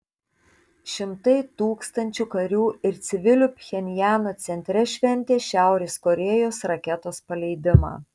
šimtai tūkstančių karių ir civilių pchenjano centre šventė šiaurės korėjos raketos paleidimą